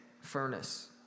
furnace